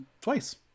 twice